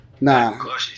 Nah